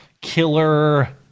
killer